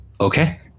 Okay